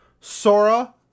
Sora